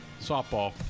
Softball